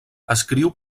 escriu